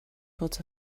sorts